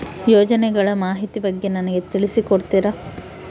ಯೋಜನೆಗಳ ಮಾಹಿತಿ ಬಗ್ಗೆ ನನಗೆ ತಿಳಿಸಿ ಕೊಡ್ತೇರಾ?